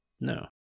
No